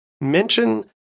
mention